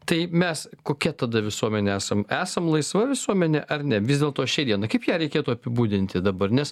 tai mes kokia tada visuomenė esam esam laisva visuomenė ar ne vis dėlto šiai dienai kaip ją reikėtų apibūdinti dabar nes